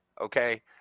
Okay